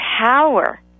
power